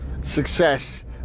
success